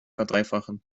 verdreifachen